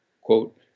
quote